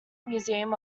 museum